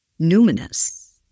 numinous